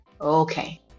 okay